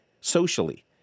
socially